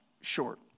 short